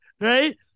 right